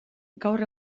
gaur